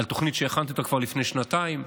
על תוכנית שהכנתי אותה כבר לפני שנתיים,